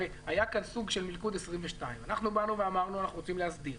הרי היה כאן סוג של מלכוד 22. אנחנו אמרנו שאנחנו רוצים להסדיר.